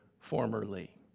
formerly